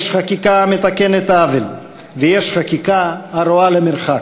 יש חקיקה המתקנת עוול ויש חקיקה הרואה למרחק.